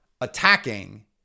attacking